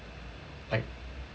like